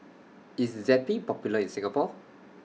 IS Zappy Popular in Singapore